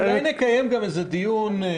אולי נקיים עוד דיון.